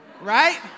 Right